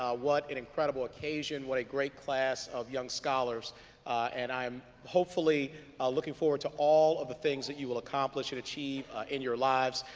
ah what an incredible occasion what a great class of young scholars and i'm hopefully looking forward to all of the things that you will accomplish and achieve in your lives.